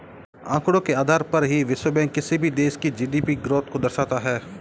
आंकड़ों के आधार पर ही विश्व बैंक किसी भी देश की जी.डी.पी ग्रोथ को दर्शाता है